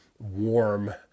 warm